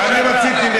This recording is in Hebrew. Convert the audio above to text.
אני רציתי,